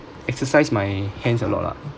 exercise my hands a lot lah